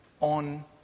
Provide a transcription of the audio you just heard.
on